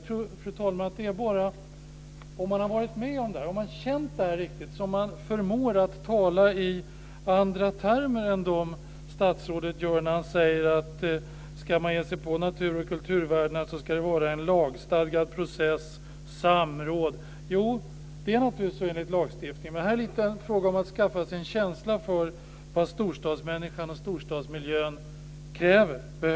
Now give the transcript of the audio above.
Fru talman! Om man riktigt har känt det här, talar man i andra termer än statsrådet gör när han säger att det ska vara en lagstadgad process med samråd, om man ska ge sig på natur och kulturvärdena. Så är det naturligtvis enligt lagstiftningen, men det är här lite en fråga om att skaffa sig en känsla för vad storstadsmänniskan och storstadsmiljön kräver.